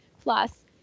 Plus